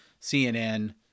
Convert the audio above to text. CNN